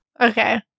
Okay